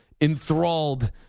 enthralled